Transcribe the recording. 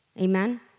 Amen